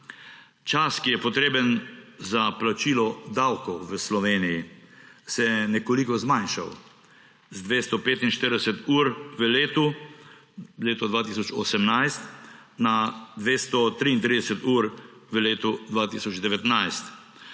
Čas, ki je potreben za plačilo davkov v Sloveniji, se je nekoliko zmanjšal, z 245 ur v letu 2018 na 233 ur v letu 2019,